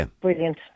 brilliant